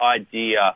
idea